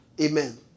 Amen